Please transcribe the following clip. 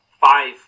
five